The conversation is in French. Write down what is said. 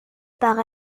par